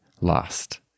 lost